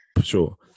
Sure